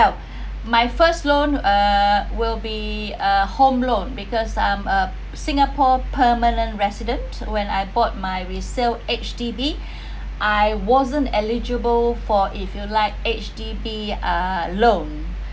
my first loan uh will be uh home loan because I'm a singapore permanent resident when I bought my resale H_D_B I wasn't eligible for if you like H_D_B uh loan